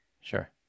Sure